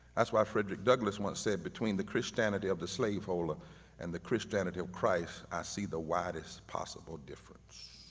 that's why frederick douglass once said between the christianity of the slaveholder and the christianity of christ, i see the widest possible difference.